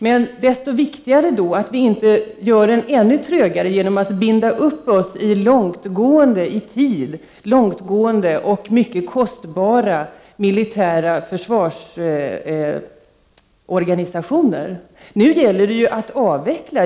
Men desto viktigare då att vi inte gör den ännu trögare genom att binda upp oss i långtgående och mycket kostsamma militära försvarsorganisationer. Nu gäller det att avveckla.